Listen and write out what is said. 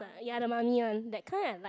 ya the Mummy one that kind ah like